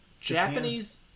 Japanese